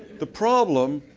the problem,